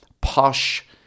posh